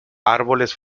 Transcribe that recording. árboles